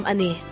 Ani